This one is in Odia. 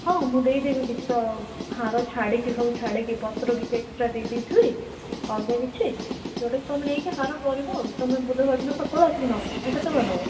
ହଁ ମୁଁ ଦେଇ ଦେବି କିଛି ତ ହାର ଛାଡ଼ିକି ସବୁ ଛାଡ଼ିକି ପତ୍ର କିଛି ଏକ୍ସଟ୍ରା ଦେଇ ଦେଇଥିବି ଅଲଗା କିଛି ଯେଉଁଟା କି ତୁମେ ନେଇକି ହାର କରିବ ଆଉ ତୁମେ ବୁଧବାର ଦିନ ସକାଳୁ ଆସିକି ନବ ନା କେତେବେଳେ ନବ